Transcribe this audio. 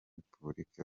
repubulika